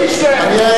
איש לא יגיד,